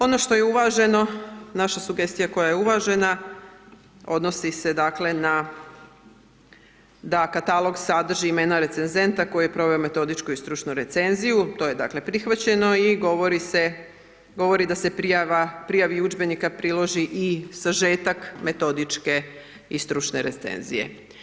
Ono što je uvaženo, naša sugestija koja je uvažena odnosi se, dakle na, da katalog sadrži imena recenzenta koji je proveo metodičku i stručnu recenziju, to je dakle prihvaćeno, i govori se, govori da se prijava, prijavi udžbenika priloži i sažetak metodičke i stručne recenzije.